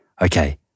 Okay